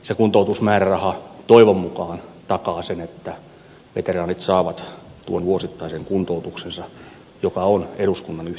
se kuntoutusmääräraha toivon mukaan takaa sen että veteraanit saavat tuon vuosittaisen kuntoutuksensa mikä on eduskunnan yhteinen tahto